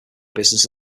business